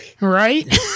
Right